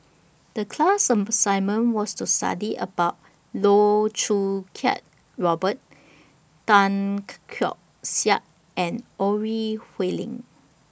The class assignment was to study about Loh Choo Kiat Robert Tan Keong Saik and Ore Huiying